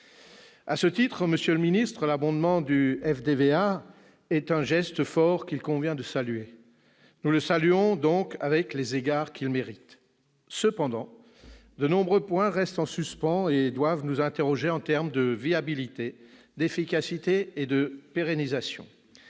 les moyens. À ce titre, l'abondement du FDVA est un geste fort qu'il convient de saluer. Nous le saluons donc avec les égards qu'il mérite. Cependant, de nombreux points restent en suspens et doivent nous interroger en termes de viabilité, d'efficacité et de pérennisation.